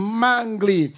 mangly